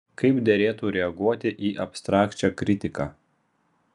kaip derėtų reaguoti į abstrakčią kritiką